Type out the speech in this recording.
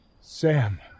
Sam